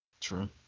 True